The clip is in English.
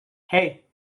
hey